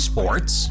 Sports